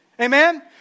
Amen